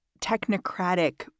technocratic